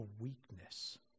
weakness